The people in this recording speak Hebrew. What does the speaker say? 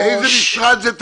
באיזה משרד זה תקוע?